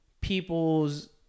people's